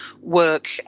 work